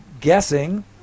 guessing